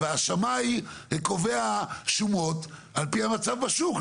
והאשמה היא קובע שמועות על פי המצב בשוק,